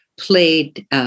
Played